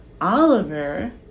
Oliver